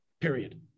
Period